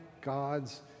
God's